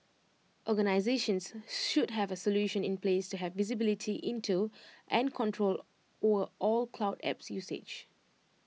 organisations should have A solution in place to have visibility into and control or all cloud apps usage